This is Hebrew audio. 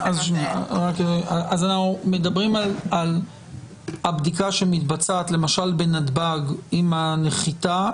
אנחנו מדברים על הבדיקה שמתבצעת למשל בנתב"ג עם הנחיתה.